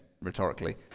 rhetorically